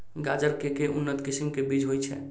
गाजर केँ के उन्नत किसिम केँ बीज होइ छैय?